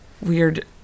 weird